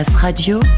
Radio